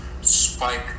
spike